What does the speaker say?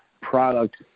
product